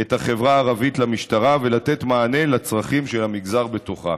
את החברה הערבית למשטרה ולתת מענה לצרכים של המגזר בתוכה.